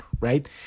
right